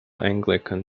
anglican